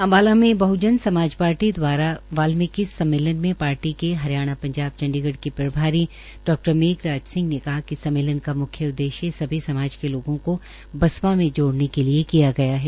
अम्बाला में बहजन समाज पार्टी द्वारा वाल्मीकि सम्मेलन में पाट्री के हरियाणा पंजाब चंडीगढ़ के प्रभारी डा मेघराज सिंह ने कहा कि सम्मेलन का मुख्य उददेश्य समाज के लोगों को बसपा में जोड़ने के लिए किया गया है